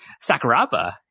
Sakuraba